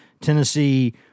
Tennessee